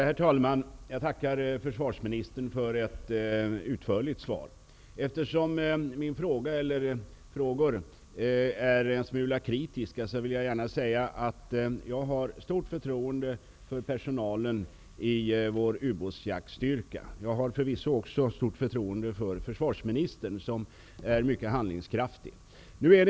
Herr talman! Jag tackar försvarsministern för ett utförligt svar. Eftersom mina frågor är en smula kritiska, vill jag säga att jag har stort förtroende för personalen i vår ubåtsjaktsstyrka. Jag har förvisso stort förtroende också för försvarsministern, som är mycket handlingskraftig.